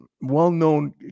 well-known